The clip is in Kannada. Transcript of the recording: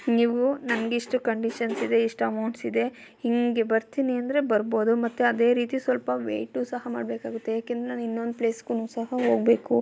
ನೀವು ನಂಗೆ ಇಷ್ಟು ಕಂಡಿಷನ್ಸ್ ಇದೆ ಇಷ್ಟು ಅಮೌಂಟ್ಸ್ ಇದೆ ಹೀಗೆ ಬರ್ತೀನಿ ಅಂದರೆ ಬರ್ಬೋದು ಮತ್ತು ಅದೇ ರೀತಿ ಸ್ವಲ್ಪ ವೈಟು ಸಹ ಮಾಡಬೇಕಾಗುತ್ತೆ ಏಕೆಂದರೆ ನಾನು ಇನ್ನೊಂದು ಪ್ಲೇಸ್ಗೂ ಸಹ ಹೋಗ್ಬೇಕು